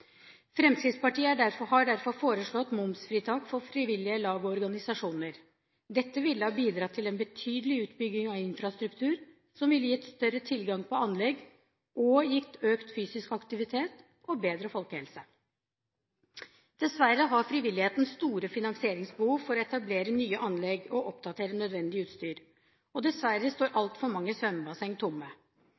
Fremskrittspartiet har derfor foreslått momsfritak for frivillige lag og organisasjoner. Dette ville ha bidratt til en betydelig utbygging av infrastruktur, som ville gitt større tilgang på anlegg og gitt økt fysisk aktivitet og bedre folkehelse. Dessverre har frivilligheten store finansieringsbehov for å etablere nye anlegg og oppdatere nødvendig utstyr. Og dessverre står altfor mange svømmebasseng tomme.